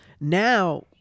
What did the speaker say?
now